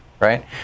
right